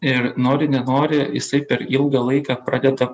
ir nori nenori jisai per ilgą laiką pradeda